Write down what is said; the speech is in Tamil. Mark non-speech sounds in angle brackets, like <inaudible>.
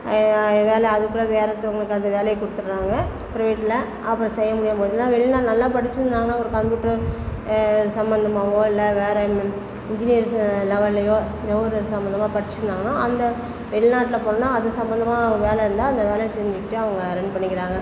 வேலை அதுக்குள்ளே வேறு ஒருத்தவங்களுக்கு அந்த வேலையை கொடுத்துட்றாங்க ப்ரைவேட்டில அப்புறம் செய்ய முடியாமல் போச்சுன்னா வெளிநாடு நல்லா படிச்சிருந்தாங்கன்னால் ஒரு கம்பியூட்டரோ சம்மந்தமாகவோ இல்லை வேறு இன்ஜினியர்ஸ் லெவல்லையோ <unintelligible> சம்மந்தமாக படிச்சிருந்தாங்கன்னால் அந்த வெளிநாட்டில போனான்னால் அந்த சம்மந்தமாக வேலை இருந்தால் அந்த வேலையை செஞ்சுக்கிட்டு அவங்க ரன் பண்ணிக்கிறாங்க